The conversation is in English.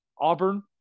auburn